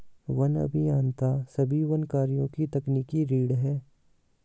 one अभियंता सभी वन कार्यों की तकनीकी रीढ़ हैं